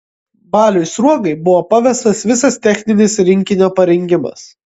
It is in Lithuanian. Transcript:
baliui sruogai buvo pavestas visas techninis rinkinio parengimas